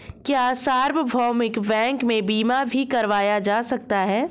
क्या सार्वभौमिक बैंक में बीमा भी करवाया जा सकता है?